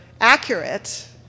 accurate